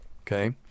Okay